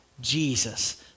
Jesus